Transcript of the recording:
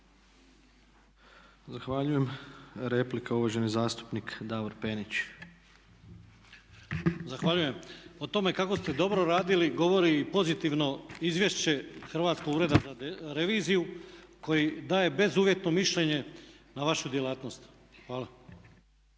Zahvaljujem. Replika, uvaženi zastupnik Davor Penić. **Penić, Davor (SDP)** Zahvaljujem. O tome kako ste dobro radili govori i pozitivno izvješće Hrvatskog ureda za reviziju koji daje bezuvjetno mišljenje na vašu djelatnost. Hvala.